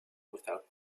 without